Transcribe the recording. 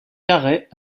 carhaix